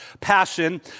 passion